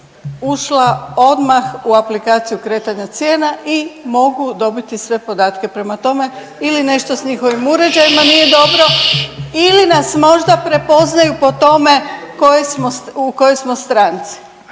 ušla odmah u aplikaciju kretanja cijena i mogu dobiti sve podatke. Prema tome ili nešto sa njihovim uređajima nije dobro ili nas možda prepoznaju po tome u kojoj smo stranci.